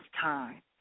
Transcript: time